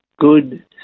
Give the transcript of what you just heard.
good